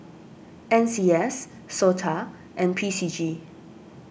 N C S Sota and P C G